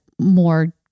more